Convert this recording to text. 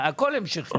הכל המשכי.